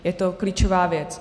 Je to klíčová věc.